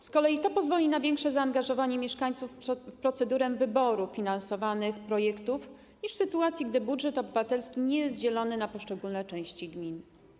To z kolei pozwoli na większe zaangażowanie mieszkańców w procedurę wyboru finansowanych projektów niż w sytuacji, gdy budżet obywatelski nie jest dzielony na poszczególne części gminy.